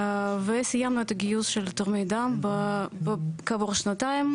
וסיימנו את הגיוס של תורמי הדם כעבור שנתיים,